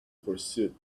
pursuit